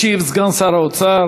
ישיב סגן שר האוצר